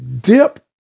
dip